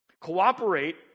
Cooperate